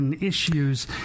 issues